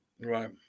Right